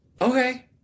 okay